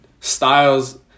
styles